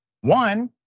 One